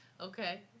Okay